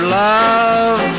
love